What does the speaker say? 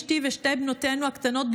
אשתי ושתי בנותינו הקטנות,